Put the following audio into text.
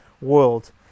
world